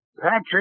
Patrick